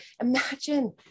Imagine